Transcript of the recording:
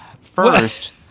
First